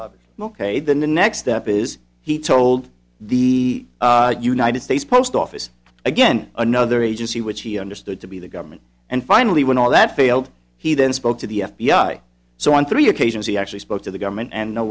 about the next step is he told the united states post office again another agency which he understood to be the government and finally when all that failed he then spoke to the f b i so on three occasions he actually spoke to the government and no